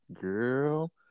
girl